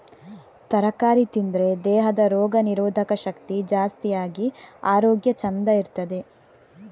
ತರಕಾರಿ ತಿಂದ್ರೆ ದೇಹದ ರೋಗ ನಿರೋಧಕ ಶಕ್ತಿ ಜಾಸ್ತಿ ಆಗಿ ಆರೋಗ್ಯ ಚಂದ ಇರ್ತದೆ